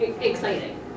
exciting